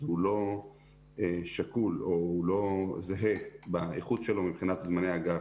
הוא לא שקול או הוא לא זהה באיכות שלו מבחינת זמני ההגעה.